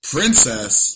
Princess